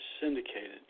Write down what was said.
syndicated